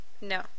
no